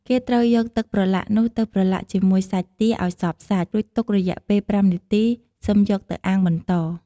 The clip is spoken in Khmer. គេត្រូវយកទឹកប្រឡាក់នោះទៅប្រឡាក់ជាមួយសាច់ទាឱ្យសព្វសាច់ រួចទុករយៈពេល៥នាទីសឹមយកទៅអាំងបន្ត។